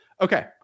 Okay